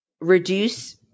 reduce